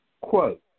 Quote